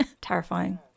Terrifying